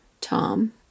Tom